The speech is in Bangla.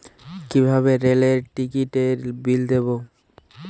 কিভাবে রেলের টিকিটের বিল দেবো?